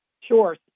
Sure